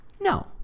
No